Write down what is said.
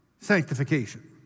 sanctification